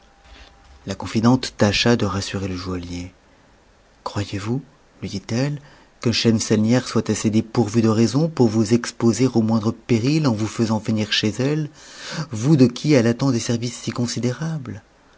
la confidente tâcha de rassurer le joaillier croyez-vous lui dit-elle que schemselnihar soit assez dépourvue de raison pour vous exposer au moindre péril en vous faisant venir chez elle vous de qui elle attend des services si considérables